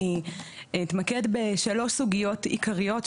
אני אתמקד בשלוש סוגיות עיקריות,